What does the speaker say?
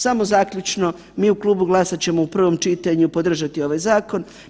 Samo zaključno, mi u Klubu GLAS-a ćemo u prvom čitanju podržati ovaj zakon.